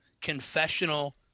confessional